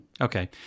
Okay